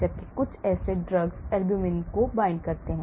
जबकि कुछ acid drugs albumin को बांध सकते हैं